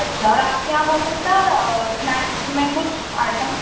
اچھا اور آپ کے یہاں وہ ملتا ہے اسنیکس میں کچھ آئٹم